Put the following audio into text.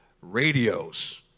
radios